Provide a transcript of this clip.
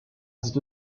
cette